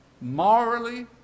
morally